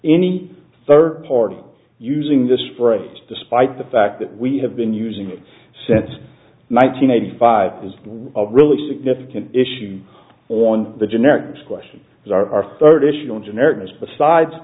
any third party using this phrase despite the fact that we have been using it since nine hundred eighty five is a really significant issue on the generics question is our third issue on generics besides